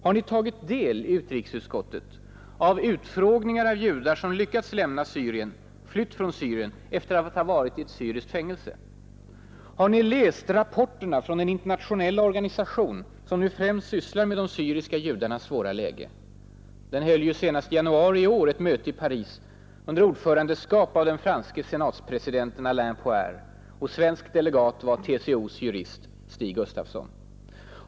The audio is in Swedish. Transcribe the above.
Har ni i utrikesutskottet tagit del av utfrågningar av judar som lyckats lämna Syrien, flytt från Syrien, efter att ha varit i ett syriskt fängelse? Har ni läst rapporterna från den internationella organisation som nu främst sysslar med de syriska judarnas svåra läge? Den höll ju senast i januari i år ett möte i Paris under ordförandeskap av den franske senatspresidenten Alain Poher, svensk delegat var TCO:s jurist Stig Gustafsson.